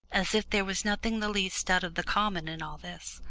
as if there was nothing the least out of the common in all this,